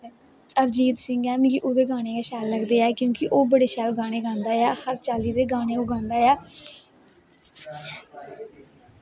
दलजीत सिंह ऐ मिगी ओह्दे गाने गै शैल लगदे ऐ क्योंकि ओह् बड़े शैल गाने गांदा ऐ हर चाल्ली दे गाने ओह् गांदा ऐ